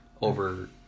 over